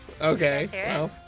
Okay